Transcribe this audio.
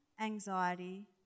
anxiety